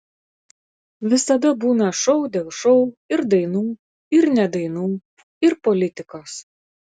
visada būna šou dėl šou ir dainų ir ne dainų ir politikos